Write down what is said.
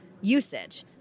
usage